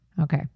Okay